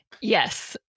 Yes